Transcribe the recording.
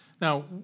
Now